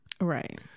Right